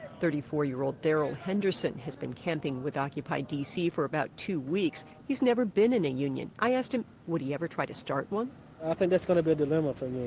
thirty-four-year-old darrell henderson has been camping with occupy d c. for about two weeks. he's never been in a union. i asked him, would he ever try to start one? i ah think that's going to be a dilemma for me.